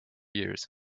years